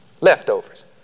leftovers